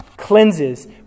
cleanses